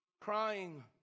crying